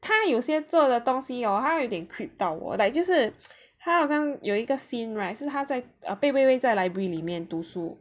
他有些做的东西 hor 还有一点 creep 到我就是他好像有一个 scene right 是他在 err 贝微微在 library 里面读书